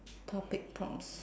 topic prompts